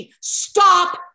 stop